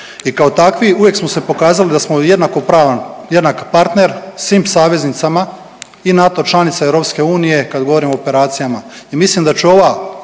i kao takvi uvijek smo se pokazali da smo jednakopravan, jednak partner svim saveznicama i NATO članica EU kad govorimo o operacijama